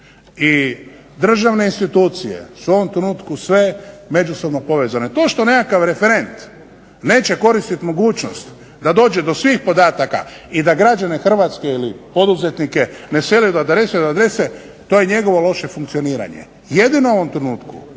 I državne institucije su u ovom trenutku sve međusobno povezane. To što nekakav referent neće koristiti mogućnost da dođe do svih podataka i da građane Hrvatske ili poduzetnike ne seli od adrese do adrese to je njegovo loše funkcioniranje. Jedino u ovom trenutku